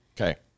Okay